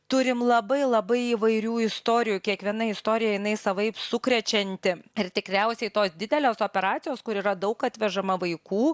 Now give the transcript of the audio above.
turim labai labai įvairių istorijų kiekviena istorija jinai savaip sukrečianti ir tikriausiai tos didelės operacijos kur yra daug atvežama vaikų